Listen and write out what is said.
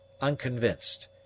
unconvinced